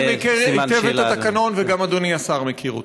אני מכיר היטב את התקנון וגם אדוני השר מכיר אותו.